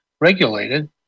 regulated